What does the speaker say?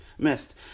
missed